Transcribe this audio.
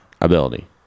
ability